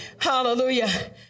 Hallelujah